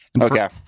Okay